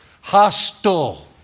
Hostile